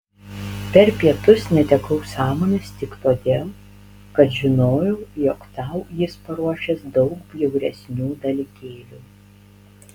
per pietus netekau sąmonės tik todėl kad žinojau jog tau jis paruošęs daug bjauresnių dalykėlių